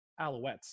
Alouettes